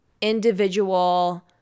individual